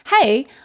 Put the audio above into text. hey